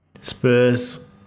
Spurs